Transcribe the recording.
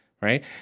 right